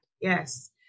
Yes